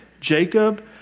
Jacob